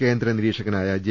കേന്ദ്ര നിരീക്ഷക നായ ജെ